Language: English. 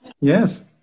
Yes